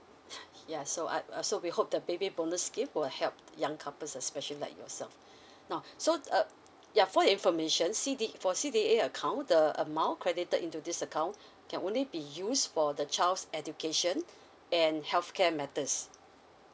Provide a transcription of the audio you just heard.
yeah so ah uh so we hope the baby bonus scheme will help young couples especially like yourself now so uh yeah for your information C_D~ for C_D_A account the amount credited into this account can only be used for the child's education and healthcare matters